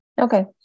Okay